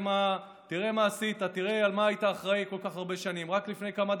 איזה ערבות יעילה זו הייתה, אמת לאמיתה.